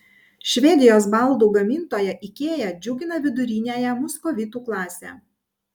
švedijos baldų gamintoja ikea džiugina viduriniąją muskovitų klasę